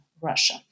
Russia